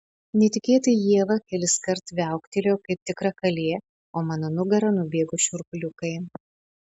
netikėtai ieva keliskart viauktelėjo kaip tikra kalė o mano nugara nubėgo šiurpuliukai